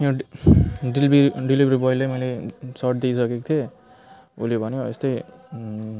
यो delivery delivery ब्वाइलाई मैले सर्ट दिइसकेको थिएँ उसले भन्यो यस्तै